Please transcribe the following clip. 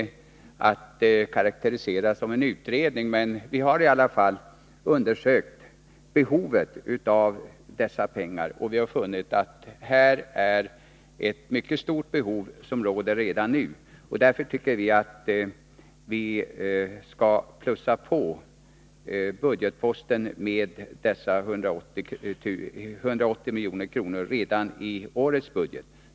Undersökningarna kan kanske inte karakteriseras som en utredning, men vi har i alla fall funnit att det redan nu råder ett mycket stort behov. Vi tycker därför att man bör plussa på budgetposten i fråga med 180 milj.kr. redan i årets budget.